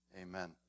amen